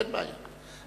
אין בעיה.